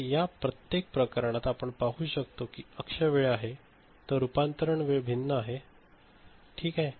तर या प्रत्येक प्रकरणात आपण पाहू शकता ही अक्ष वेळ आहे तर रूपांतरण वेळ भिन्न आहे ठीक आहे